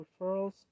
referrals